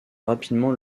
rapidement